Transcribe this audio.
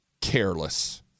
careless